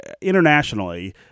internationally